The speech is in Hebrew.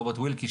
רוברט וילקי,